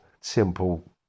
simple